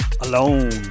alone